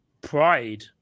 pride